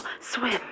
Swim